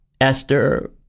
Esther